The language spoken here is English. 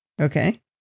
Okay